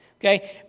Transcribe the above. okay